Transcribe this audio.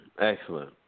Excellent